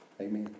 Amen